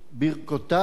ברכותי.